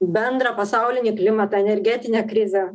bendrą pasaulinį klimatą energetinę krizę